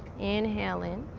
inhale in.